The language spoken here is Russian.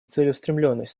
целеустремленность